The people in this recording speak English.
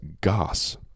Goss